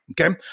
okay